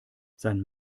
sein